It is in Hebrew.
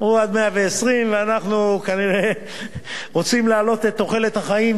עד 120. אנחנו כנראה רוצים להעלות את תוחלת החיים,